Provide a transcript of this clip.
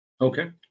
okay